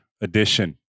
edition